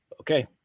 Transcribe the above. Okay